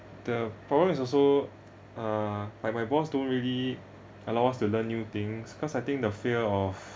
the problem is also uh like my boss don't really allow us to learn new things because I think the fear of